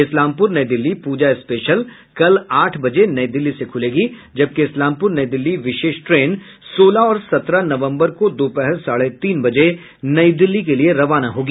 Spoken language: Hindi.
इस्लामपुर नई दिल्ली पूजा स्पेशल कल आठ बजे नई दिल्ली से खुलेगी जबकि इस्लामपुर नई दिल्ली विशेष ट्रेन सोलह और सत्रह नवंबर को दोपहर साढ़े तीन बजे नई दिल्ली के लिये रवाना होगी